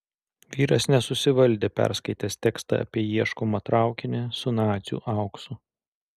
vyras nesusivaldė perskaitęs tekstą apie ieškomą traukinį su nacių auksu